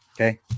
okay